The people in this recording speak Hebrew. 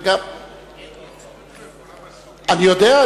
אני יודע.